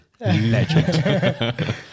Legend